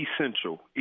essential